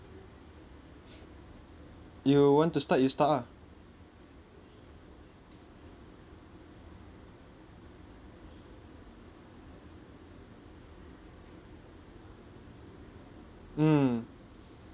you want to start you start ah mm